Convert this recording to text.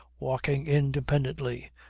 walking independently,